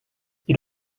you